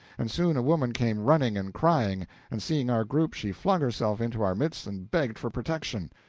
and soon a woman came running and crying and seeing our group, she flung herself into our midst and begged for protection.